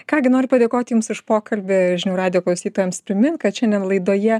ką gi noriu padėkoti jums už pokalbį žinių radijo klausytojams primint kad šiandien laidoje